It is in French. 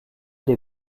des